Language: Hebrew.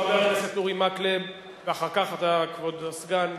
חבר הכנסת אורי מקלב, ואחר כך אתה, כבוד הסגן,